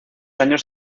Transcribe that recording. años